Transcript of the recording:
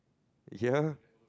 ya